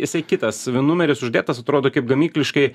jisai kitas numeris uždėtas atrodo kaip gamykliškai